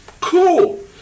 cool